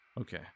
Okay